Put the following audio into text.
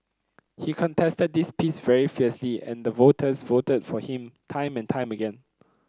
he contested this piece very fiercely and the voters voted for him time and time again